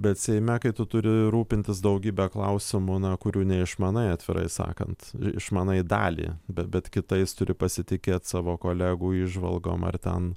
bet seime kai tu turi rūpintis daugybe klausimų na kurių neišmanai atvirai sakant išmanai dalį be bet kitais turi pasitikėt savo kolegų įžvalgom ar ten